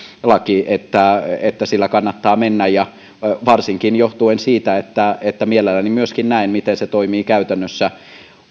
laki että että sillä kannattaa mennä varsinkin johtuen siitä että että mielelläni myöskin näen miten se toimii käytännössä